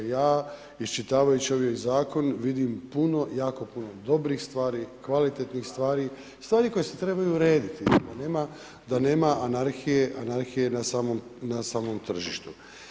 Ja, iščitavajući ovaj zakon vidim puno, jako puno dobrih stvari, kvalitetnih stvari, stvari koje se trebaju urediti, da nema anarhije na samom tržištu.